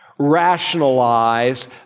rationalize